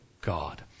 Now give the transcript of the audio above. God